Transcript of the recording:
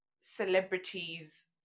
celebrities